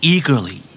Eagerly